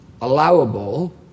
allowable